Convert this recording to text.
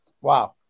Wow